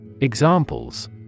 Examples